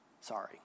sorry